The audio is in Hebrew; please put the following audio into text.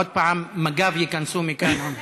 אחד המשפטים שאני מתחנן,